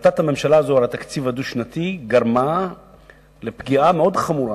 החלטת הממשלה הזאת על התקציב הדו-שנתי גרמה לפגיעה מאוד חמורה